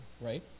right